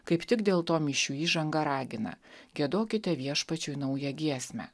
kaip tik dėl to mišių įžanga ragina giedokite viešpačiui naują giesmę